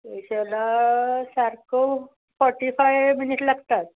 सारको forty five minute लागतात